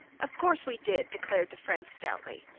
of course we did, declared the friend stoutly.